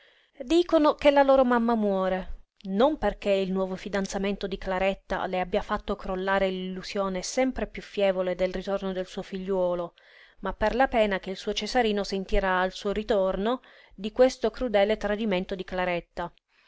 dicono che la loro mamma muore non perché il nuovo fidanzamento di claretta le abbia fatto crollare l'illusione sempre piú fievole del ritorno del suo figliuolo ma per la pena che il suo cesarino sentirà al suo ritorno di questo crudele tradimento di claretta